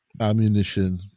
ammunition